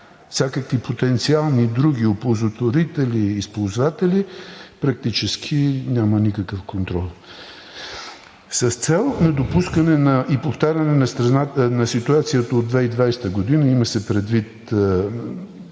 всякакви потенциални и други оползотворители и ползватели практически няма никакъв контрол. С цел недопускане и повтаряне на ситуацията от 2020 г., има се предвид